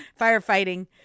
Firefighting